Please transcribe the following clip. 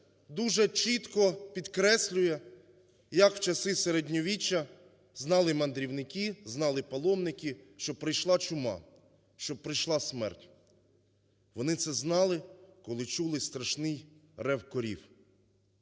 дуже чітко підкреслює, як в часи Середньовіччя знали мандрівники, знали паломники, що прийшла чума, що прийшла смерть. Вони це знали, коли чули страшний рев корів,